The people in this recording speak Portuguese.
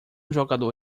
jogador